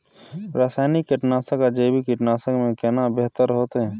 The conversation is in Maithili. रसायनिक कीटनासक आ जैविक कीटनासक में केना बेहतर होतै?